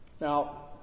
Now